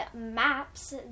maps